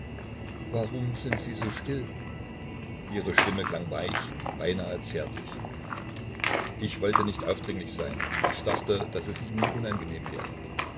warum sind sie so still ihre stimme klang weich beinahe zärtlich ich wollte nicht aufdringlich sein ich dachte daß es ihnen unangenehm wäre